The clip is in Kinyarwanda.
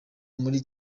muri